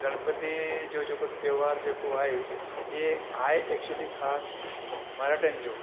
गणपतिअ जो जेको त्योहार जेको आहे इहो आहे एक्चुअली ख़ासि मराठियुनि जो